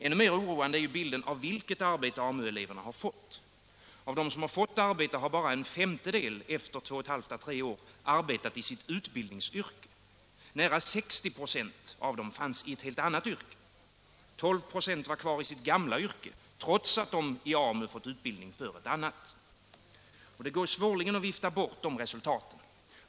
Ännu mer oroande är bilden av vilket arbete AMU-eleverna fått. Av dem som fått arbete har bara en femtedel efter två och ett halvt å tre år arbetat i sitt utbildningsyrke. Nära 60 96 fanns i ett annat yrke. 12 96 var kvar i sitt gamla yrke, trots att de i AMU fått utbildning för ett annat. Det går svårligen att vifta bort dessa resultat.